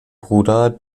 bruder